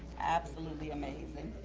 absolutely amazing.